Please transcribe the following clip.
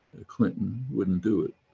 ah clinton wouldn't do it.